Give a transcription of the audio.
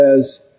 says